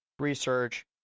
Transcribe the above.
research